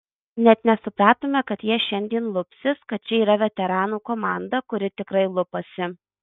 net nesupratome kad jie šiandien lupsis kad čia yra veteranų komanda kuri tikrai lupasi